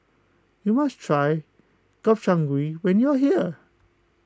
you must try Gobchang Gui when you are here